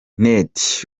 net